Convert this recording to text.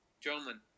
gentlemen